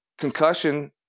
Concussion